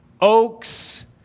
oaks